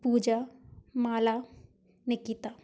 Puja Mala Nikita